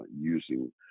using